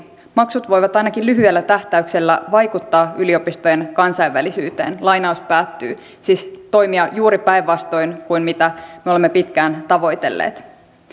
maksut voivat ainakin lyhyellä tähtäyksellä vaikuttaa yliopistojen kansainvälisyyteen siis toimia juuri päinvastoin kuin mitä me olemme pitkään tavoitelleet